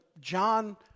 John